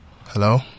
Hello